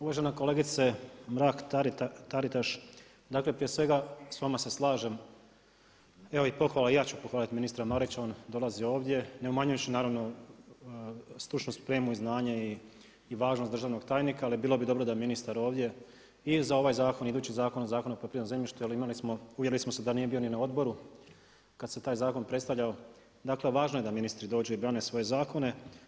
Uvažena kolegice Mrak-Taritaš, dakle prije svega s vama se slažem evo i pohvala, ja ću pohvaliti ministra, on dolazi ovdje ne umanjujući naravno, stručnu spremu i znanje i važnost državnog tajnika ali bilo bi dobro da je ministar ovdje i za ovaj zakon i za idući zakon, Zakon o poljoprivrednom zemljištu jer uvjerili smo se da nije bio ni na odboru kad se taj zakon predstavljao, dakle važno je da ministri dođu i brane svoje zakone.